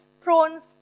prawns